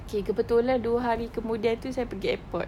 okay kebetulan dua hari kemudian itu saya pergi airport